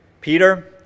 Peter